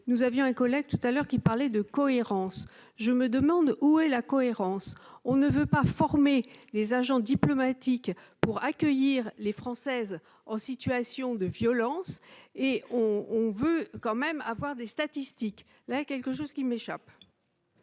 nous avions un collègue tout à l'heure, qui parlait de cohérence, je me demande où est la cohérence, on ne veut pas former les agents diplomatiques pour accueillir les Françaises en situation de violence et on on veut quand même avoir des statistiques là quelque chose qui m'échappe.